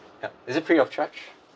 yup is it free of charge